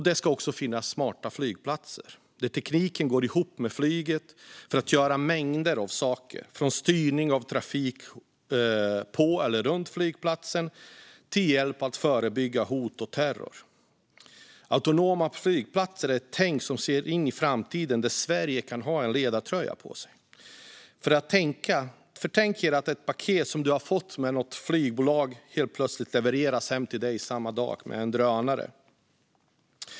Det ska också finnas smarta flygplatser, där tekniken går ihop med flyget för att göra mängder av saker. Det kan gälla alltifrån styrning av trafik på eller runt flygplatsen till hjälp med att förebygga hot och terror. Autonoma flygplatser är ett tänk som ser in i framtiden, och där kan Sverige ha en ledartröja på sig. Tänk dig att ett paket som har fraktats med något flygbolag helt plötsligt levereras hem till dig samma dag med en drönare.